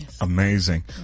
Amazing